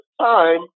time